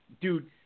dude